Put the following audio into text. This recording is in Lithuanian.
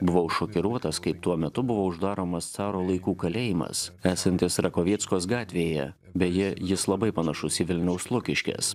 buvau šokiruotas kaip tuo metu buvo uždaromas caro laikų kalėjimas esantis rakovieckos gatvėje beje jis labai panašus į vilniaus lukiškes